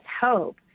hope